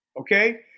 okay